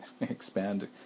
expand